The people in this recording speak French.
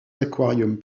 aquariums